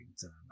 time